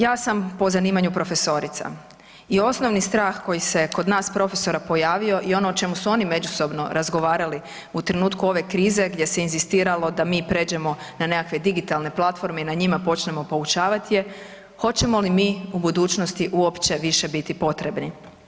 Ja sam po zanimanju profesorica i osnovni strah koji se kod nas profesora pojavio i ono o čemu su oni međusobno razgovarali u trenutku ove krize, gdje se inzistiralo da mi pređemo na nekakve digitalne platforme i na njima počnemo poučavati je, hoćemo li u budućnosti uopće biti potrebni.